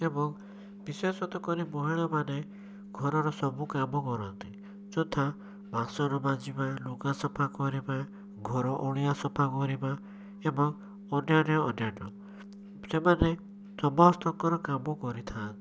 ଏବଂ ବିଶେଷତଃ କରି ମହିଳାମାନେ ଘରର ସବୁ କାମ କରନ୍ତି ଯଥା ବାସନ ମାଜିବା ଲୁଗା ସଫା କରିବା ଘର ଅଳିଆ ସଫା କରିବା ଏବଂ ଅନ୍ୟାନ୍ୟ ଅନ୍ୟାନ୍ୟ ସେମାନେ ସମସ୍ତଙ୍କର କାମ କରିଥାଆନ୍ତି